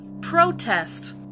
protest